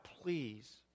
please